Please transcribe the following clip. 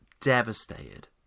Devastated